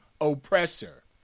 oppressor